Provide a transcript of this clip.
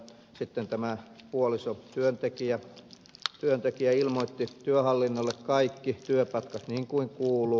sitten tämä puolisotyöntekijä ilmoitti työhallinnolle kaikki työpätkät niin kuin kuului